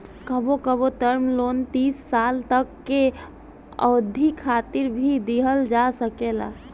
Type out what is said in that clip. कबो कबो term loan तीस साल तक के अवधि खातिर भी दीहल जा सकेला